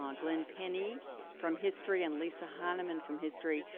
um glenn penny from history and lisa heineman from history,